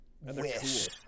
wish